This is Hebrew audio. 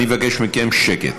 אני מבקש מכם שקט.